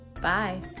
Bye